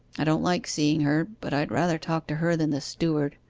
i don't like seeing her, but i'd rather talk to her than the steward.